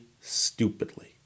stupidly